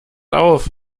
auf